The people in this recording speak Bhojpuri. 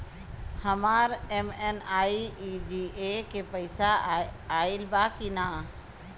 हमार एम.एन.आर.ई.जी.ए के पैसा आइल बा कि ना?